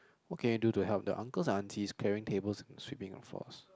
what can you do to help the uncles and aunties carrying tables and sweeping the floors